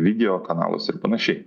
video kanaluose ir panašiai